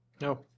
no